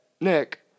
Nick